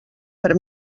per